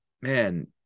man